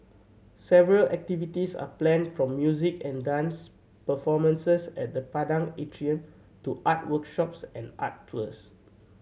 several activities are planned from music and dance performances at the Padang Atrium to art workshops and art tours